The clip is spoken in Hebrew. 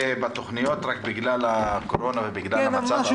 זה בתוכניות, רק בגלל הקורונה והמצב -- כן.